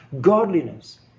Godliness